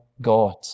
God